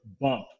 bump